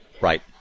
Right